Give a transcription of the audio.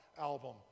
album